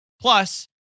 Plus